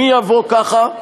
מי יבוא ככה?